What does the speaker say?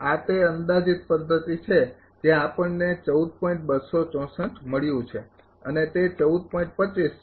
આ તે અંદાજિત પદ્ધતિ છે જે આપણને મળ્યું છે અને તે છે